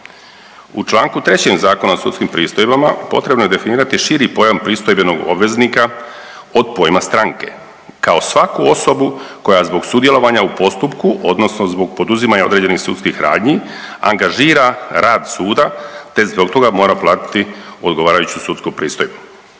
U članku 3. Zakona o sudskim pristojbama potrebno je definirati širi pojam pristojbenog obveznika od pojma stranke kao svaku osobu koja zbog sudjelovanja u postupku, odnosno zbog poduzimanja određenih sudskih radnji angažira rad suda, te zbog toga mora platiti odgovarajuću sudsku pristojbu.